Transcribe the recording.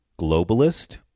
globalist